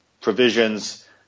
provisions